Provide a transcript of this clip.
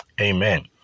Amen